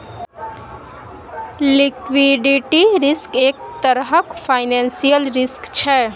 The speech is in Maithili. लिक्विडिटी रिस्क एक तरहक फाइनेंशियल रिस्क छै